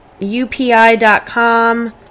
upi.com